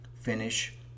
Finish